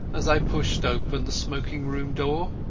as i pushed open the smoking-room door.